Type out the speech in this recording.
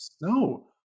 No